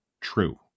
true